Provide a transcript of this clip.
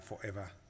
forever